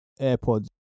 AirPods